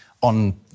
on